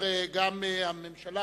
גם הממשלה